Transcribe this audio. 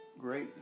great